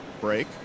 break